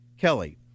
Kelly